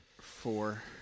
Four